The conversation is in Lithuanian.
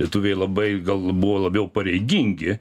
lietuviai labai gal buvo labiau pareigingi